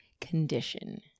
condition